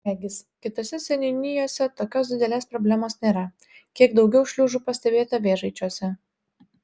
regis kitose seniūnijose tokios didelės problemos nėra kiek daugiau šliužų pastebėta vėžaičiuose